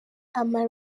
ama